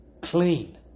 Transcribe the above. clean